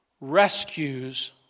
rescues